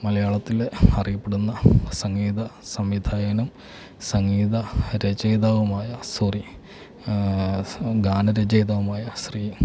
മലയാളത്തിലെ അറിയപ്പെടുന്ന സംഗീത സംവിധായകനും സംഗീത രചയിതാവുമായ സോറി ഗാനരചയിതാവുമായ ശ്രീ